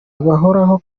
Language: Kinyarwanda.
bahoraho